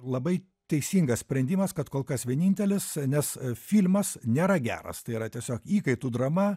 labai teisingas sprendimas kad kol kas vienintelis nes filmas nėra geras tai yra tiesiog įkaitų drama